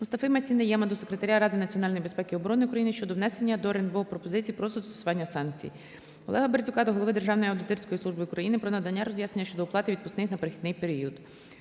Мустафи-Масі Найєма до Секретаря Ради національної безпеки і оборони України щодо внесення до РНБО пропозицій про застосування санкцій. Олега Березюка до Голови Державної аудиторської служби України про надання роз'яснення щодо оплати відпускних на перехідний період.